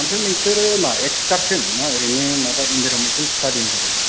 ओमफ्राय नोंसोरो मा एख्सखारसन ना ओरैनो माबा इनबारमेन्थेल सिथादिनि थाखाय